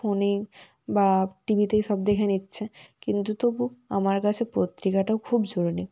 ফোনে বা টিভিতেই সব দেখে নিচ্ছে কিন্তু তবু আমার কাছে পত্রিকাটাও খুব জরুরি